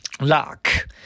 Luck